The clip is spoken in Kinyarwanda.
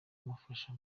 kumufasha